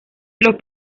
los